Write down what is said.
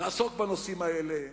נעסוק בנושאים האלה,